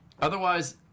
Otherwise